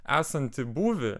esantį būvį